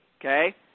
okay